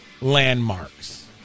landmarks